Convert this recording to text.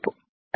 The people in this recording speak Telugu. సరే